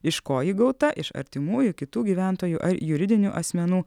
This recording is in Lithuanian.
iš ko ji gauta iš artimųjų kitų gyventojų ar juridinių asmenų